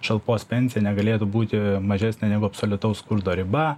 šalpos pensija negalėtų būti mažesnė negu absoliutaus skurdo riba